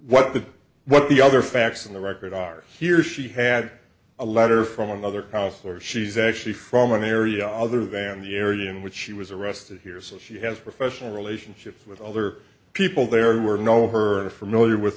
what the what the other facts in the record are here she had a letter from another councilor she's actually from an area other than the area in which she was arrested here so she has a professional relationship with other people there were no her